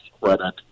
credit